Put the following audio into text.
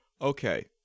Okay